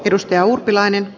arvoisa puhemies